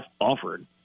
offered